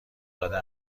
داده